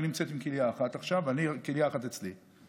היא עם כליה אחת עכשיו, וכליה אחת אצלי.